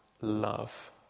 love